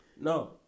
No